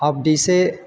अब जैसे